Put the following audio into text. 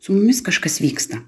su mumis kažkas vyksta